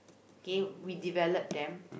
kay we develop them